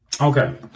Okay